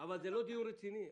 אבל זה לא דיון רציני.